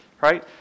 right